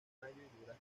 hasta